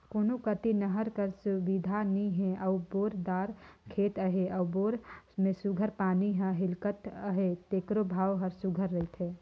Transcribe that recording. कोनो कती नहर कर सुबिधा नी हे अउ बोर दार खेत अहे अउ बोर में सुग्घर पानी हिंकलत अहे तेकरो भाव हर सुघर रहथे